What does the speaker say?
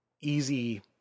easy